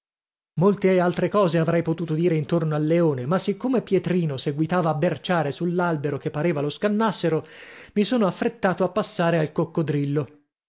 molte altre cose avrei potuto dire intorno al leone ma siccome pietrino seguitava a berciare sull'albero che pareva lo scannassero mi sono affrettato a passare al coccodrillo